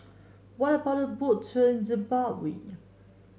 what about a Boat Tour in Zimbabwe